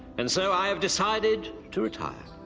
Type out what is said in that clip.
and so i have decided to retire,